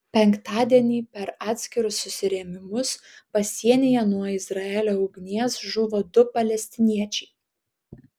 penktadienį per atskirus susirėmimus pasienyje nuo izraelio ugnies žuvo du palestiniečiai